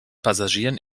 passagieren